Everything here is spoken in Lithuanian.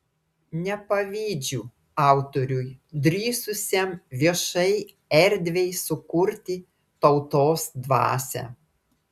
nepavydžiu autoriui drįsusiam viešai erdvei sukurti tautos dvasią